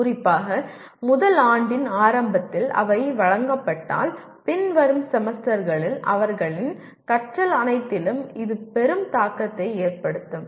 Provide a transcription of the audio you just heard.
குறிப்பாக முதல் ஆண்டின் ஆரம்பத்தில் அவை வழங்கப்பட்டால் பின்வரும் செமஸ்டர்களில் அவர்களின் கற்றல் அனைத்திலும் இது பெரும் தாக்கத்தை ஏற்படுத்தும்